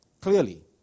Clearly